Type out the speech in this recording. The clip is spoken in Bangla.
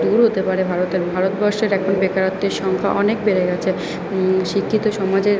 দূর হতে পারে ভারতের ভারতবর্ষের এখন বেকারত্বের সংখ্যা অনেক বেড়ে গেছে শিক্ষিত সমাজের